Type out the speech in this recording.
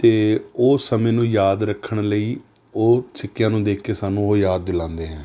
ਅਤੇ ਉਹ ਸਮੇਂ ਨੂੰ ਯਾਦ ਰੱਖਣ ਲਈ ਉਹ ਸਿੱਕਿਆਂ ਨੂੰ ਦੇਖ ਕੇ ਸਾਨੂੰ ਉਹ ਯਾਦ ਦਿਲਾਉਂਦੇ ਹੈ